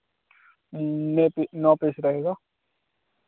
ने पी नौ पीस रहेगा